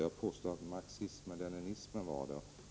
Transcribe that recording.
Jag påstod att marxism-leninismen var det.